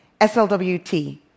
SLWT